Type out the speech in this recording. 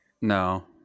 no